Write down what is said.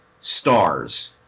stars